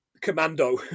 Commando